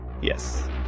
Yes